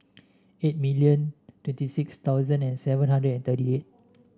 eight million twenty six thousand and seven hundred and thirty eight